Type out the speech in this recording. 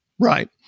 Right